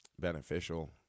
beneficial